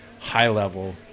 high-level